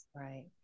Right